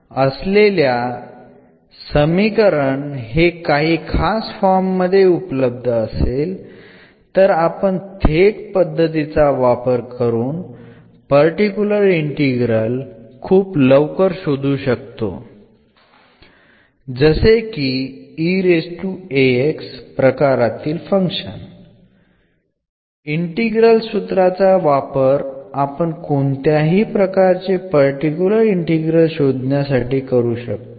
ഒരു പ്രത്യേക ഷോർട്ട്കട്ട് നമുക്കില്ലാത്തപ്പോൾ പർട്ടിക്കുലർ ഇന്റഗ്രൽ കണ്ടെത്തുന്നതിന് വളരെ ഉപകാരപ്രദമായ ജനറൽ ഫോർമുലയും നമ്മൾ കണ്ടു